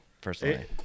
personally